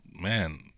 man